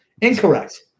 Incorrect